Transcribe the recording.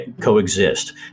coexist